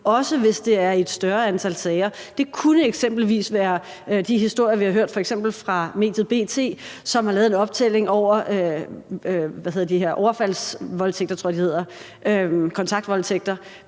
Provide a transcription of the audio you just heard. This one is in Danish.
også hvis det er i et større antal sager. Det kunne eksempelvis være de historier, vi har hørt fra B.T., som har lavet en optælling af overfaldsvoldtægter